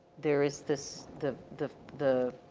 there is this, the, the, the